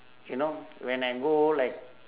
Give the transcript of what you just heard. you know when I go like